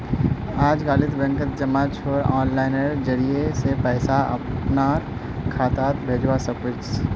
अजकालित बैंकत जबा छोरे आनलाइनेर जरिय स पैसा अपनार खातात भेजवा सके छी